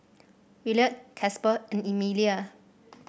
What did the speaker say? Williard Casper and Emilia